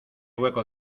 hueco